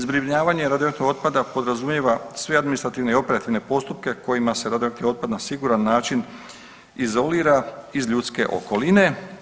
Zbrinjavanje radioaktivnog otpada podrazumijeva sve administrativne i operativne postupke kojima se radioaktivni otpad na siguran način izolira iz ljudske okoline.